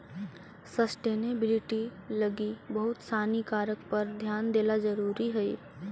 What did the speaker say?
sustainability लगी बहुत सानी कारक पर ध्यान देला जरुरी हई